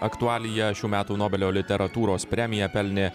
aktualija šių metų nobelio literatūros premiją pelnė